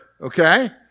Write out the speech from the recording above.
okay